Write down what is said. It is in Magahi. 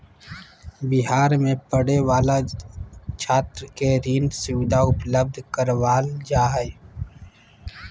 बिहार में पढ़े वाला छात्र के ऋण सुविधा उपलब्ध करवाल जा हइ